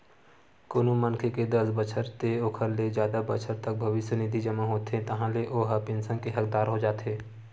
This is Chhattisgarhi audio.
कोनो मनखे के दस बछर ते ओखर ले जादा बछर तक भविस्य निधि जमा होथे ताहाँले ओ ह पेंसन के हकदार हो जाथे